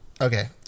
Okay